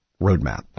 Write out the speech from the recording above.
roadmap